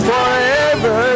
Forever